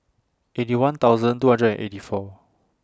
Eighty One thousand two hundred and eighty four